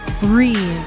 Breathe